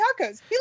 tacos